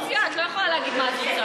את לא מציעה, את לא יכולה להגיד מה את רוצה.